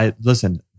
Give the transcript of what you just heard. Listen